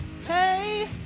Hey